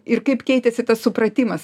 ir kaip keitėsi tas supratimas